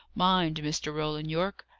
mind, mr. roland yorke!